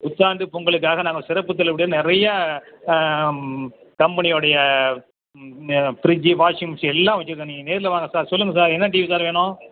புத்தாண்டு பொங்கலுக்காக நாங்கள் சிறப்புத் தள்ளுபடியாக நிறையா கம்பெனியுடைய ஃப்ரிட்ஜு வாஷிங் மிஷின் எல்லாம் வச்சுருக்கோம் நீங்கள் நேரில் வாங்க சார் சொல்லுங்கள் சார் என்ன டிவி சார் வேணும்